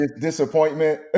disappointment